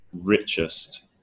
richest